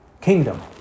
kingdom